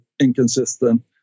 inconsistent